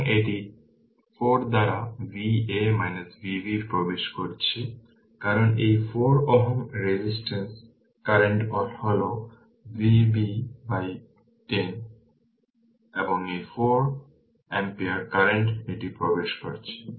সুতরাং এটি 4 দ্বারা Va Vb প্রবেশ করছে কারণ এই 4 Ω রেজিস্ট্যান্স কারেন্ট হল Vb বাই 10 এবং এই 4 ampere কারেন্ট এটি প্রবেশ করছে